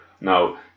now